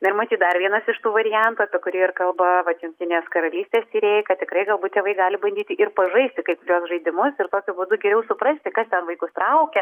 na ir matyt dar vienas iš tų variantų apie kurį ir kalba vat jungtinės karalystės tyrėjai kad tikrai galbūt tėvai gali bandyti ir pažaisti kai kuriuos žaidimus ir tokiu būdu geriau suprasti kas ten vaikus traukia